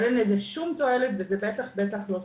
אבל אין לזה שום תועלת, וזה בטח לא סביבתי.